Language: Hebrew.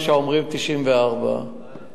יש האומרים 94 כבאים,